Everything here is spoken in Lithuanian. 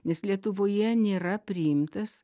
nes lietuvoje nėra priimtas